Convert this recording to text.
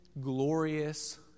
glorious